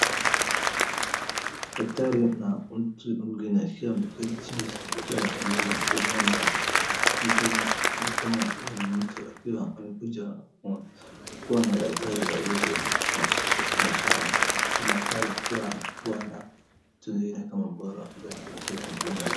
Daktari na mtu mwingine wakiwa wameketi chini wakiwa wanawasiliana. Ni kama mtu akiwa amekuja kuwa na daktari aliye na shida na daktari akiwa anajua anashika mkono yake .